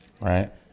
Right